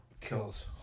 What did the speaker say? kills